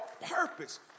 purpose